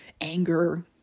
anger